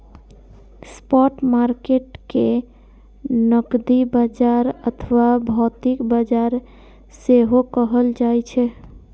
spot market कें नकदी बाजार अथवा भौतिक बाजार सेहो कहल जाइ छै